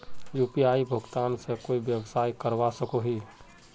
UPI भुगतान से कोई व्यवसाय करवा सकोहो ही?